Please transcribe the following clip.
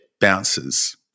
bounces